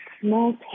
small